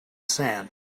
sand